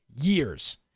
years